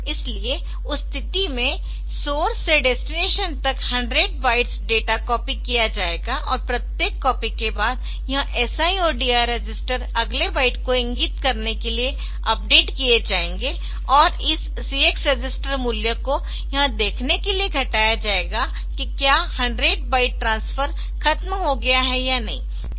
इसलिए उस स्थिति में सोर्स से डेस्टिनेशन तक 100 बाइट्स डेटा कॉपी किया जाएगा और प्रत्येक कॉपी के बाद यह SI और DI रजिस्टर अगले बाइट को इंगित करने के लिए अपडेट किये जाएंगे और इस CX रजिस्टर मूल्य को यह देखने के लिए घटाया जाएगा कि क्या 100 बाइट ट्रांसफर खत्म हो गया है या नहीं